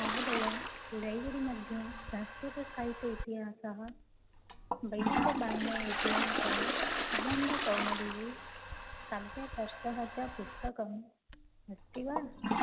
महोदय लैब्रेरी मध्ये संस्कृतसाहित्येतिहासः वैदिकवाङ्मयेतिहासः सिद्धान्तकौमुदी काव्यशास्त्रं च पुस्तकम् अस्ति वा